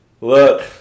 look